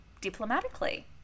diplomatically